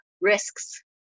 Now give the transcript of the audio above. risks